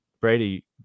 Brady